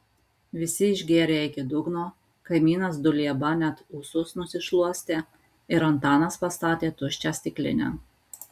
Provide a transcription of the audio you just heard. visi išgėrė iki dugno kaimynas dulieba net ūsus nusišluostė ir antanas pastatė tuščią stiklinę